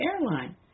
airline